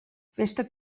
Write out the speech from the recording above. festa